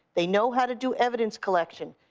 they know how to do evidence collection.